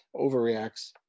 overreacts